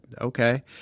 Okay